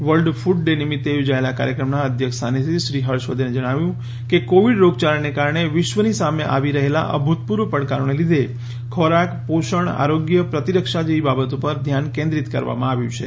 world ક્રડ day નિમિત્તે યોજએલા કાર્યક્રમના અધ્યક્ષ સ્થાનેથી શ્રી હર્ષવર્ધને જણાવ્યું કે કોવિડ રોગયાળાને કારણે વિશ્વની સામે આવી રહેલા અભૂતપૂર્વ પડકારોને લીધે ખોરાક પોષણ આરોગ્ય પ્રતિરક્ષા જેવી બાબતો પર ધ્યાન કેન્દ્રિત કરવામાં આવ્યું છે